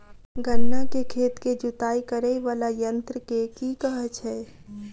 गन्ना केँ खेत केँ जुताई करै वला यंत्र केँ की कहय छै?